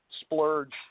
splurge